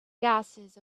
gases